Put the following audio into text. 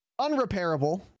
unrepairable